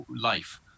life